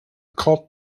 cult